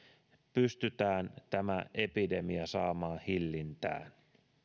pystytään tämä epidemia saamaan hillintään